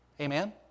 Amen